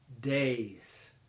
days